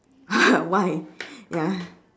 why ya